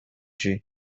she